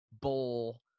bowl